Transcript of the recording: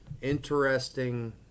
interesting